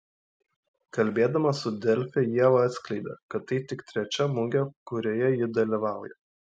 kalbėdama su delfi ieva atskleidė kad tai tik trečia mugė kurioje ji dalyvauja